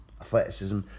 athleticism